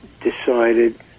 decided